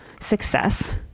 success